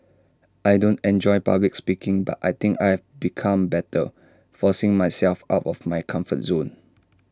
I don't enjoy public speaking but I think I've become better forcing myself out of my comfort zone